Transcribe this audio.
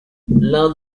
l’un